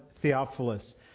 Theophilus